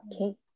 okay